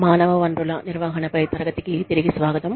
మానవ వనరుల నిర్వహణపై తరగతికి తిరిగి స్వాగతం